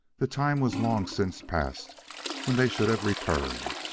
the time was long since passed when they should have returned.